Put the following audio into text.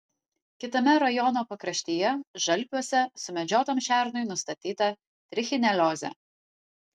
kitame rajono pakraštyje žalpiuose sumedžiotam šernui nustatyta trichineliozė